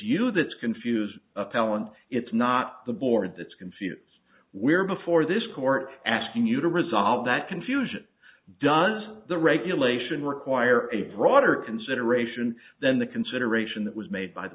you that's confused appellant it's not the board that's confused where before this court asking you to resolve that confusion does the regulation require a broader consideration than the consideration that was made by